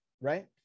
right